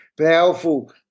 powerful